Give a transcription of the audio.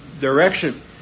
direction